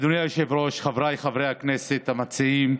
אדוני היושב-ראש, חבריי חברי הכנסת המציעים,